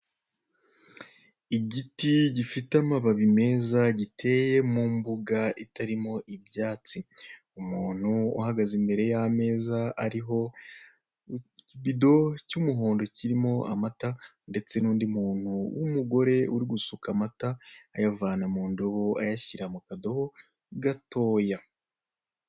Igiti gifite amababi meza giteye mu mbuga itarimo ibyatsi umuntu uhagaze imbere y'ameza ariho ikibido cy'umuhondo kirimo amata ndetse n'undi muntu w'umugore uri gusuka amata ayavana mu ndobo ayashyira mu kadobo gatoya.